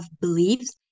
beliefs